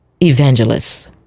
evangelists